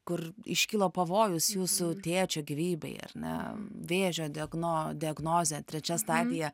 kur iškilo pavojus jūsų tėčio gyvybei ar ne vėžio diagno diagnozė trečia stadija